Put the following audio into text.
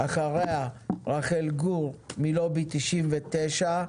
אחריה רחל גור מלובי 99,